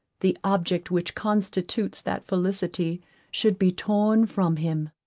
the object which constitutes that felicity should be torn from him.